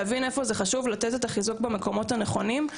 להבין איפה זה חשוב לתת את החיזוק במקומות הנכונים.